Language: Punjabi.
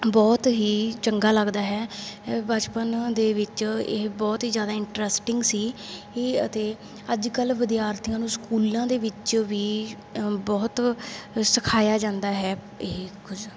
ਬਹੁਤ ਹੀ ਚੰਗਾ ਲੱਗਦਾ ਹੈ ਬਚਪਨ ਦੇ ਵਿੱਚ ਇਹ ਬਹੁਤ ਹੀ ਜ਼ਿਆਦਾ ਇੰਟਰਸਟਿੰਗ ਸੀ ਇਹ ਅਤੇ ਅੱਜ ਕੱਲ੍ਹ ਵਿਦਿਆਰਥੀਆਂ ਨੂੰ ਸਕੂਲਾਂ ਦੇ ਵਿੱਚ ਵੀ ਬਹੁਤ ਸਿਖਾਇਆ ਜਾਂਦਾ ਹੈ ਇਹ ਕੁਝ